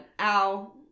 Ow